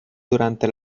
durante